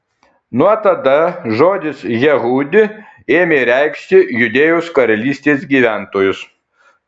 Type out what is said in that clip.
nuo tada žodis jehudi ėmė reikšti judėjos karalystės gyventojus